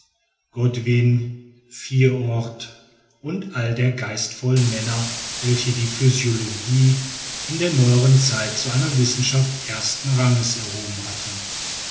godwin vierordt und all der geistvollen männer welche die physiologie in der neuern zeit zu einer wissenschaft ersten ranges erhoben hatten